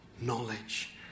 knowledge